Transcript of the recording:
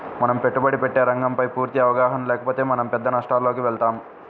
మనం పెట్టుబడి పెట్టే రంగంపైన పూర్తి అవగాహన లేకపోతే మనం పెద్ద నష్టాలలోకి వెళతాం